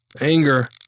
Anger